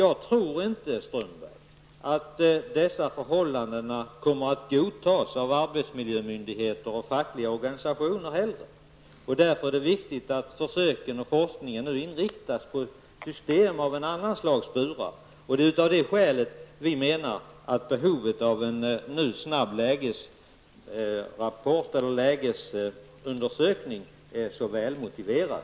Jag tror inte, Håkan Strömberg, att arbetsmiljömyndigheter och fackliga organisationer kommer att godta dessa förhållanden. Det är därför viktigt att försöken och forskningen inriktas på ett system med andra slags burar. Det är av det skälet vi menar att behovet av en snabb lägesrapport är så väl motiverad.